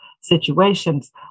situations